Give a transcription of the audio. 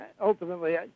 ultimately